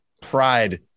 pride